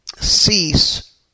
cease